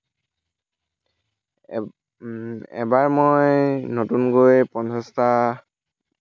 এবাৰ মই নতুনকৈ পঞ্চাছটা